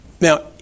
Now